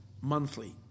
monthly